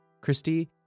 Christy